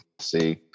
see